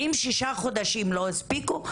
אם שישה חודשים לא הספיקו,